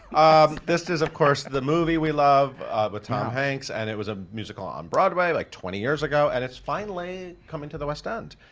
this is of course the movie we love with tom hanks, and it was a musical on broadway like twenty years ago. and it's finally coming to the west end.